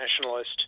nationalist